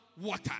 water